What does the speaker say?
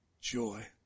joy